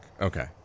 okay